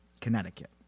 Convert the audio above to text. Connecticut